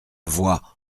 voix